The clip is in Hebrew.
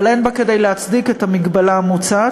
אבל אין בה כדי להצדיק את המגבלה המוצעת,